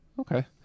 okay